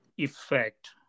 Effect